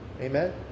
Amen